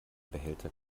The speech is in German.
behälter